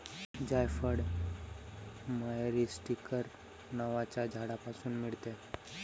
जायफळ मायरीस्टीकर नावाच्या झाडापासून मिळते